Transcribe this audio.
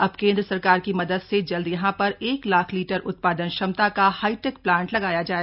अब केंद्र सरकार की मदद से जल्द यहां पर एक लाख लीटर उत्पादन क्षमता का हाईटेक प्लांट लगाया जाए